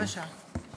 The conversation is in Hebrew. רבע שעה.